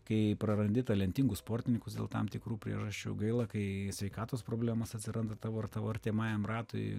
kai prarandi talentingus sportininkus dėl tam tikrų priežasčių gaila kai sveikatos problemos atsiranda tavo ar tavo artimajam ratui